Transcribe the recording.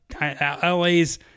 LA's